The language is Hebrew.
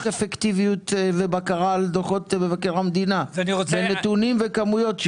אפקטיביות ובקרה על דוחות מבקר המדינה בנתונים וכמויות,